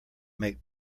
make